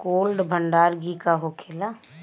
Cold भण्डार गृह का होखेला?